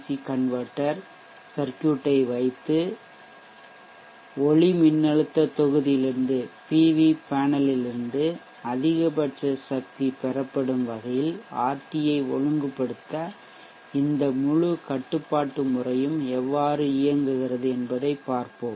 C converter சர்க்யூட்டை ஐ வைத்து ஒளிமின்னழுத்த தொகுதியிலிருந்து அதிகபட்ச சக்தி பெறப்படும் வகையில் ஆர்டியை ஒழுங்குபடுத்த இந்த முழு கட்டுப்பாட்டு முறையும் எவ்வாறு இயங்குகிறது என்பதைப் பார்ப்போம்